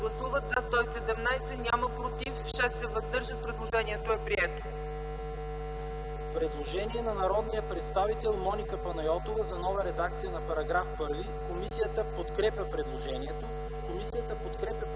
Предложението е прието.